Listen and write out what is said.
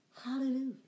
Hallelujah